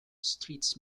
streets